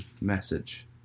message